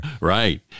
Right